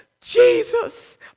Jesus